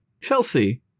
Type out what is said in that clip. Chelsea